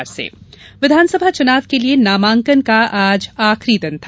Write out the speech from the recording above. नामांकन विधानसभा चुनाव के लिए नामांकन का आज आखरी दिन था